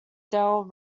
dale